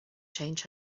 change